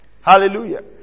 Hallelujah